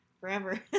forever